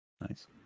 Nice